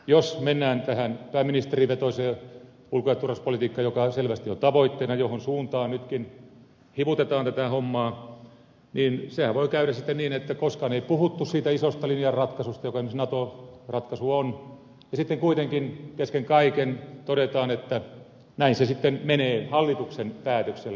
jos mennään tähän pääministerivetoiseen ulko ja turvallisuuspolitiikkaan joka selvästi on tavoitteena johon suuntaan nytkin hivutetaan tätä hommaa niin sehän voi käydä sitten niin että koskaan ei puhuttu siitä isosta linjaratkaisusta joka esimerkiksi nato ratkaisu on ja sitten kuitenkin kesken kaiken todetaan että näin se sitten menee hallituksen päätöksellä